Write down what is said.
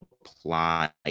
apply